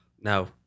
no